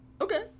Okay